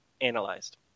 analyzed